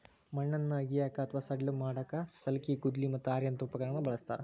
ಮಣ್ಣನ್ನ ಅಗಿಯಾಕ ಅತ್ವಾ ಸಡ್ಲ ಮಾಡಾಕ ಸಲ್ಕಿ, ಗುದ್ಲಿ, ಮತ್ತ ಹಾರಿಯಂತ ಉಪಕರಣಗಳನ್ನ ಬಳಸ್ತಾರ